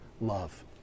love